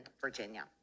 virginia